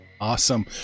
Awesome